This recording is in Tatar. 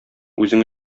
үзең